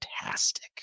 fantastic